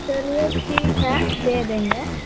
चलिए ठीक है दे देंगे